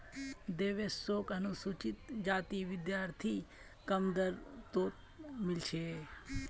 देवेश शोक अनुसूचित जाति विद्यार्थी कम दर तोत मील छे